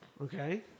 Okay